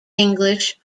english